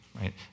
right